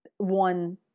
one